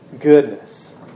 Goodness